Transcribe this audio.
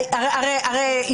הרי,